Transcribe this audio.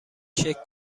شکل